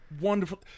wonderful